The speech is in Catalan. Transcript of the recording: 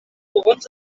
fogons